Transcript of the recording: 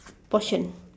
portion